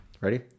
Ready